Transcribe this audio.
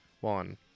one